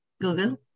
Google